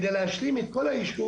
על מנת להשלים את כל הישוב,